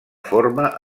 forma